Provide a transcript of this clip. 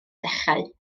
dechrau